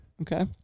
Okay